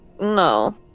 no